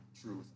truth